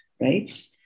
right